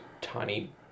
tiny